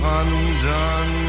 undone